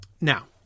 now